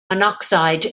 monoxide